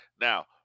Now